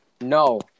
No